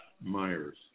Myers